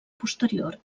posterior